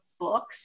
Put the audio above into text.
books